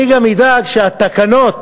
אני גם אדאג, שהתקנות